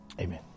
Amen